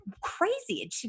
crazy